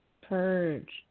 Purge